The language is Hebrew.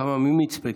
כמה ממצפה,